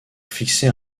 fixer